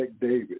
David